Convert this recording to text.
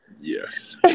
Yes